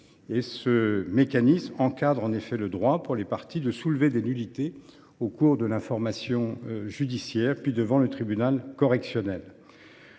Ce mécanisme encadre en effet le droit, pour les parties, de soulever des nullités au cours de l’information judiciaire, puis devant le tribunal correctionnel.